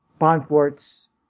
Bonfort's